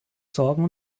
sorgen